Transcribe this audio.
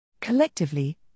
Collectively